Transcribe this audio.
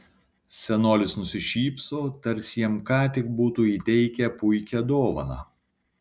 senolis nusišypso tarsi jam ką tik būtų įteikę puikią dovaną